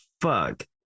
fuck